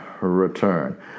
return